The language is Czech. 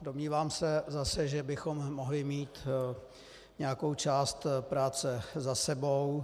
Domnívám se zase, že bychom mohli mít nějakou část práce za sebou.